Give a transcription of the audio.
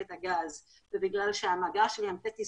את פיתוח לווייתן.